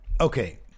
okay